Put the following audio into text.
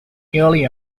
early